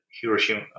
Hiroshima